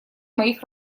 моих